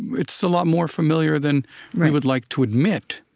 it's a lot more familiar than we would like to admit.